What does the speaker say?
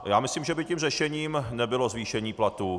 Já myslím, že by tím řešením nebylo zvýšení platů.